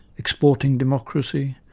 exporting democracy,